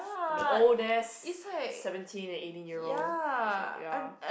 I mean old desks seventeen eighteen year old I was like ya